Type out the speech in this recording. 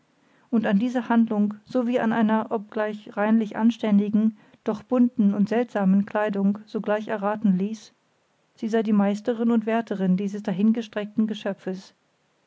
und an dieser handlung sowie an einer obgleich reinlich anständigen doch bunten und seltsamen kleidung sogleich erraten ließ sie sei die meisterin und wärterin dieses dahingestreckten geschöpfes